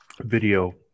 video